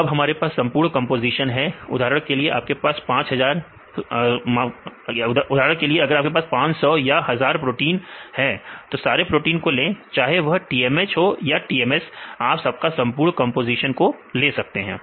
तो अब हमारे पास संपूर्ण कंपोजीशन है उदाहरण के लिए आपके पास 500 या 1000 प्रोटीन है तो सारे प्रोटींस को ले चाहे वह TMH हो या TMS आप सबका संपूर्ण कंपोजीशन को ले सकते हैं